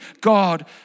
God